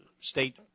State